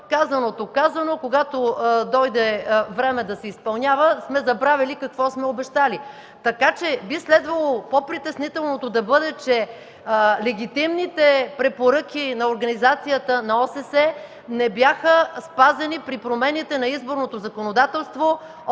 казаното казано, а когато дойде време да се изпълнява, сме забравили какво сме обещали. Би следвало по-притеснителното да бъде, че легитимните препоръки на ОССЕ не бяха спазени при промените на изборното законодателство от